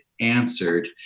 answered